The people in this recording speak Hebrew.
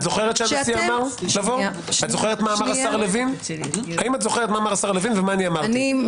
זוכרת מה אמר השר לוין ומה אני אמרתי?